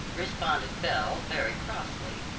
responded belle very crossly,